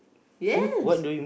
yes